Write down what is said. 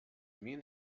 mean